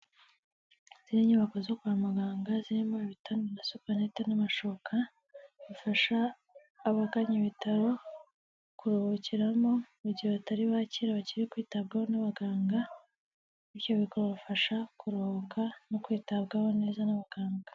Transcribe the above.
Izindi nyubako zo kwa muganga zirimo ibitada na supanete n'amashuka bifasha abagannye ibitaro kuruhukiramo mu gihe batari bakira, bakiri kwitabwaho n'abaganga, ibyo bikabafasha kuruhuka no kwitabwaho neza n'abaganga.